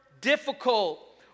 difficult